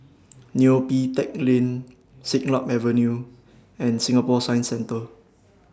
Neo Pee Teck Lane Siglap Avenue and Singapore Science Centre